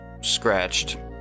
scratched